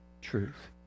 truth